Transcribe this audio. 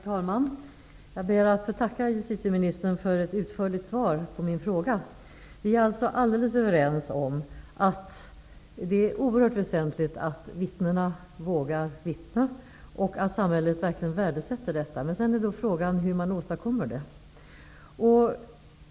Herr talman! Jag ber att få tacka justitieministern för ett utförligt svar på min fråga. Vi är alltså alldeles överens om att det är oerhört väsentligt att vittnen vågar vittna och att samhället verkligen värdesätter detta. Men sedan är frågan hur man åstadkommer detta.